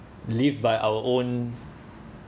live by our own